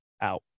out